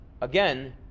Again